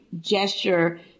gesture